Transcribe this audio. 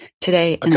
today